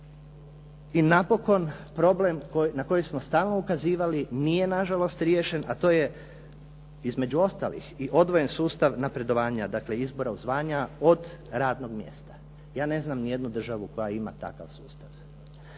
I napokon, problem na koji smo stalno ukazivali, nije nažalost riješen, a to je između ostalih i odvojen sustav napredovanja, dakle, izbora od zvanja od radnog mjesta. Ja ne znam niti jednu državu koja ima takav sustav.